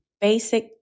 basic